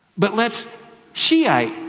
but lets shiite,